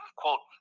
quote